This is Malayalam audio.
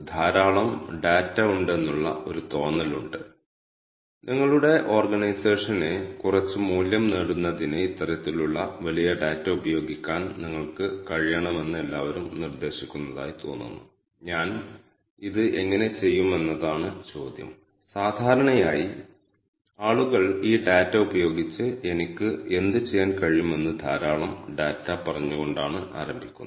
csv ഫയലിൽ നിന്ന് ഡാറ്റ എങ്ങനെ വായിക്കാം എങ്ങനെ നിങ്ങളുടെ R ന്റെ വർക്ക്സ്പെയ്സിലെ ഇതിനകം വായിച്ച എങ്ങനെ ഡാറ്റ മനസ്സിലാക്കാം ഈ കെ മീൻസ് ഫംഗ്ഷനെ കുറിച്ചുള്ള വിശദാംശങ്ങളും ഈ കെ മീൻസ് ഫംഗ്ഷൻ നൽകുന്ന റിസൾട്ട് എങ്ങനെ വ്യാഖ്യാനിക്കാമെന്നും ഉള്ള കാര്യങ്ങൾ ഞങ്ങൾ അവതരിപ്പിക്കും